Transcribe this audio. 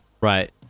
right